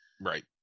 right